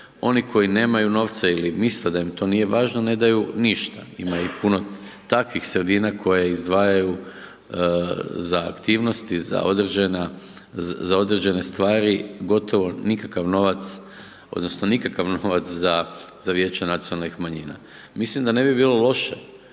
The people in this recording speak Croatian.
oni koji nemaju novca ili misle da im to nije važno ne daju ništa, ima i puno takvih sredina koje izdvajaju za aktivnosti, za određene stvari gotovo nikakav novac, odnosno, nikakav novac za Vijeće nacionalnih manjina. Mislim da ne bi bilo loše,